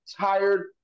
tired